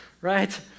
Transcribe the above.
right